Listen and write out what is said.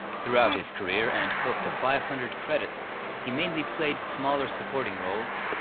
throughout his career and close to five hundred credits he mainly played smaller supporting roles,